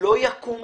לא יקום